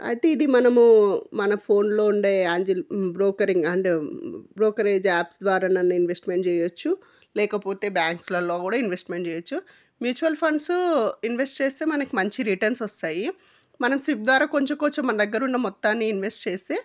అయితే ఇది మనము మన ఫోన్లో ఉండే Angel brokering and brokerage apps ద్వారానైనా ఇన్వెస్ట్మెంట్ చేయొచ్చు లేకపోతే బ్యాంక్స్లలో కూడా ఇన్వెస్ట్మెంట్ చేయొచ్చు మ్యూచువల్ ఫండ్స్ ఇన్వెస్ట్ చేస్తే మనకి మంచి రిటర్న్స్ వస్తాయి మనం సిప్ ద్వారా కొంచం కొంచం మన దగ్గర ఉన్న మొత్తాన్ని ఇన్వెస్ట్ చేస్తే